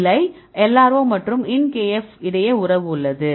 இல்லை LRO மற்றும் In kf இடையே உறவு உள்ளது